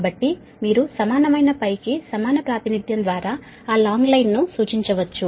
కాబట్టి మీరు సమానమైన కి సమాన ప్రాతినిధ్యం ద్వారా ఆ లాంగ్ లైన్ ను సూచించవచ్చు